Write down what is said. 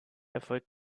erfolgt